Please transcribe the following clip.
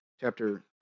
chapter